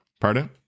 pardon